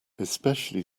especially